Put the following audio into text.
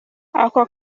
ako